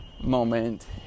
moment